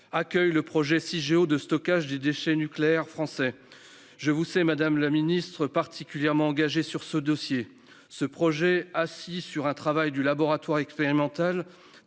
accueille le projet Cigéo de stockage des déchets nucléaires français. Madame la ministre, je sais que vous êtes particulièrement engagée sur ce dossier. Ce projet, assis sur le travail d'un laboratoire expérimental,